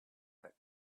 that